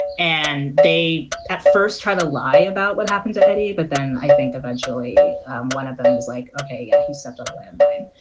and they at first tried to lie about what happened to eddie. but then i think eventually one of them was like, ok, yeah he stepped on a landmine.